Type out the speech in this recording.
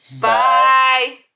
Bye